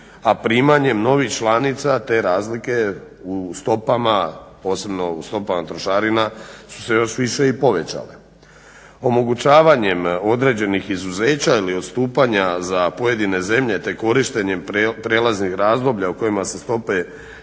a primanjem novih članica te razlike u stopama posebno u stopama trošarina su se još više i povećale. Omogućavanjem određenih izuzeća ili odstupanja za pojedine zemlje te korištenjem prijelaznih razdoblja u kojima se stope